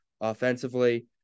offensively